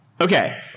okay